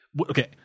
Okay